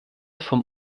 vom